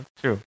true